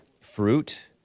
fruit